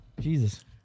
Jesus